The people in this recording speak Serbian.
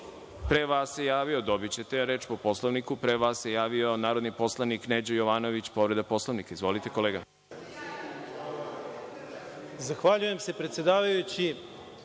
Pre vas se javio, dobićete reč po Poslovniku, pre vas se javio narodni poslanik Neđo Jovanović, povreda Poslovnika. Izvolite. **Neđo Jovanović** Zahvaljujem se predsedavajući. Ja